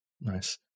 nice